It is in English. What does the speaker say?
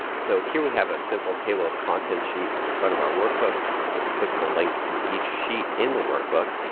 so here we have a simple table of contents sheet at the front of our workbook with clickable links to each sheet in the workbook.